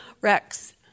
Rex